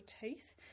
teeth